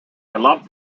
erlaubt